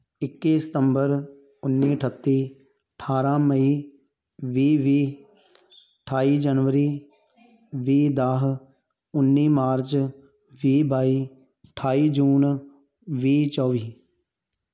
ਇੱਕੀ ਸਤੰਬਰ ਉੱਨੀ ਅਠੱਤੀ ਅਠਾਰ੍ਹਾਂ ਮਈ ਵੀਹ ਵੀਹ ਅਠਾਈ ਜਨਵਰੀ ਵੀਹ ਦਸ ਉੱਨੀ ਮਾਰਚ ਵੀਹ ਬਾਈ ਅਠਾਈ ਜੂਨ ਵੀਹ ਚੌਵੀ